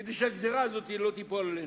כדי שהגזירה הזאת לא תיפול עלינו.